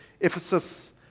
Ephesus